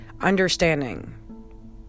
understanding